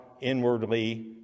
inwardly